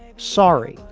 sorry,